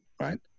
right